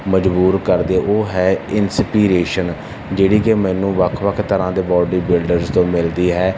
ਮਜਬੂਰ ਕਰਦੀ ਹੈ ਉਹ ਹੈ ਇੰਸਪੀਰੇਸ਼ਨ ਜਿਹੜੀ ਕਿ ਮੈਨੂੰ ਵੱਖ ਵੱਖ ਤਰ੍ਹਾਂ ਦੇ ਬੋਡੀ ਬਿਲਡਰ ਤੋਂ ਮਿਲਦੀ ਹੈ